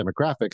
demographics